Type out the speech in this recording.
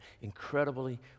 incredibly